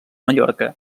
mallorca